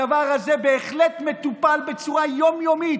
הדבר הזה בהחלט מטופל בצורה יום-יומית,